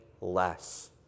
less